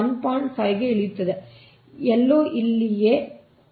5 ಕ್ಕೆ ಇಳಿಯುತ್ತಿದೆ ಎಲ್ಲೋ ಇಲ್ಲಿಯೇ ಮತ್ತು ಅದು